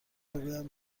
بگویم